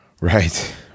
Right